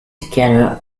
together